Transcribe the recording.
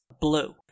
blue